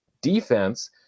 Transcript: defense